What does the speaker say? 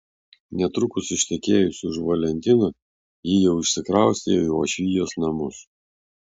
netrukus ištekėjusi už valentino ji jau išsikraustė į uošvijos namus